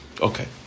Okay